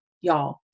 y'all